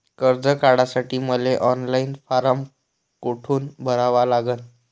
कर्ज काढासाठी मले ऑनलाईन फारम कोठून भरावा लागन?